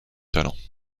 talents